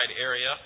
area